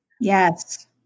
yes